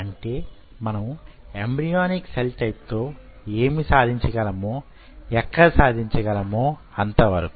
అంటే మనము embryonic cell type తో యేమి సాధించగలమో ఎక్కడ సాధించగలమో అంత వరకు